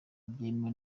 byemewe